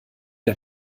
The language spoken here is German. der